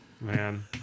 Man